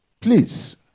please